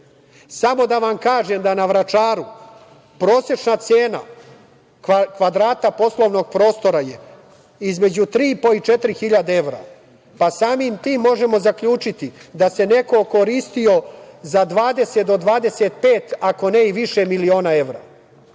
da vam kažem da na Vračaru prosečna cena kvadrata poslovnog prostora je između 3.500 i 4.000 evra, pa samim tim možemo zaključiti da se neko okoristio za 20 do 25, ako ne i više miliona evra.